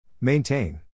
Maintain